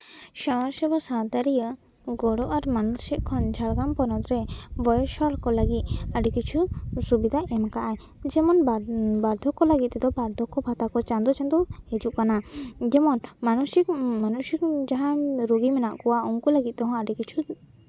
ᱥᱟᱶᱟᱨ ᱥᱮᱵᱟ ᱥᱟᱶᱛᱟᱨᱤᱭᱟᱹ ᱜᱚᱲᱚ ᱟᱨ ᱢᱟᱱ ᱥᱮᱜ ᱠᱷᱚᱱ ᱡᱷᱟᱲᱜᱨᱟᱢ ᱦᱚᱱᱚᱛ ᱨᱮ ᱵᱚᱭᱮᱥ ᱦᱚᱲ ᱠᱚ ᱞᱟᱹᱜᱤᱫ ᱟᱹᱰᱤ ᱠᱤᱪᱷᱩ ᱥᱩᱵᱤᱫᱷᱟ ᱮᱢ ᱠᱟᱜᱼᱟ ᱡᱮᱢᱚᱱ ᱵᱟᱨᱫᱷᱚᱠᱠᱚ ᱞᱟᱹᱜᱤᱫ ᱛᱮᱫᱚ ᱵᱟᱨᱫᱷᱚᱠᱠᱚ ᱵᱷᱟᱛᱟ ᱠᱚ ᱪᱟᱸᱫᱚ ᱪᱟᱸᱫᱚ ᱦᱤᱡᱩᱜ ᱠᱟᱱᱟ ᱡᱮᱢᱚᱱ ᱢᱟᱱᱚᱥᱤᱠ ᱢᱟᱱᱥᱤᱠ ᱡᱟᱦᱟᱱ ᱨᱩᱜᱤ ᱢᱮᱱᱟᱜ ᱠᱚᱣᱟ ᱩᱱᱠᱩ ᱞᱟᱹᱜᱤᱫ ᱛᱮᱦᱚᱸ ᱟᱹᱰᱤ ᱠᱤᱪᱷᱩ